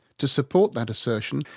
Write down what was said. to support that assertion,